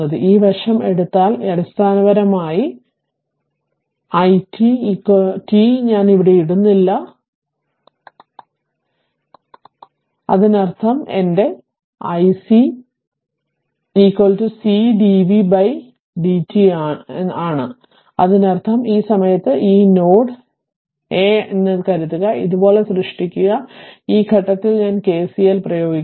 ഈ വശം ഇത് എടുത്താൽ അടിസ്ഥാനപരമായി i 1 right i t t ഞാൻ ഇവിടെ ഇടുന്നില്ല ഉം ഈ വശവും ഞാൻ ശരിയാണ് അതിനർത്ഥം എന്റെ i c c d v by d t വലത് അതിനർത്ഥം ഈ സമയത്ത് ഈ നോഡ് എ ആണെന്ന് കരുതുക ഇതുപോലെ സൃഷ്ടിക്കുക ഈ ഘട്ടത്തിൽ ഞാൻ കെസിഎൽ പ്രയോഗിക്കുന്നു